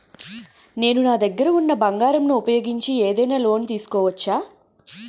నేను నా దగ్గర ఉన్న బంగారం ను ఉపయోగించి ఏదైనా లోన్ తీసుకోవచ్చా?